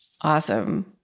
Awesome